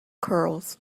curls